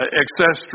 excess